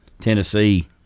Tennessee